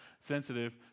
sensitive